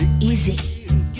easy